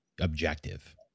objective